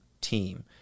team